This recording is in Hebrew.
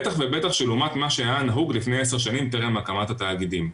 בטח ובטח שלעומת מה שהיה נהוג לפני עשר שנים טרם הקמת התאגידים.